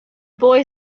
boy